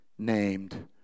named